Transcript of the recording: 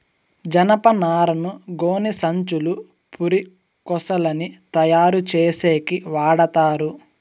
జనపనారను గోనిసంచులు, పురికొసలని తయారు చేసేకి వాడతారు